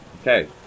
Okay